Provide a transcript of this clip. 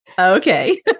Okay